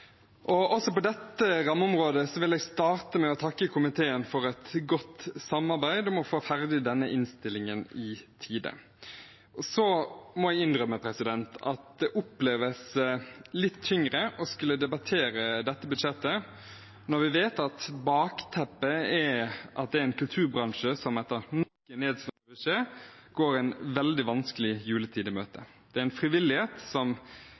3. Også på dette rammeområdet vil jeg starte med å takke komiteen for et godt samarbeid om å få ferdig innstillingen i tide. Jeg må innrømme at det oppleves litt tyngre å skulle debattere dette budsjettet når vi vet at bakteppet er en kulturbransje som, etter nok en nedslående beskjed, går en veldig vanskelig juletid i møte. Det er en frivillighet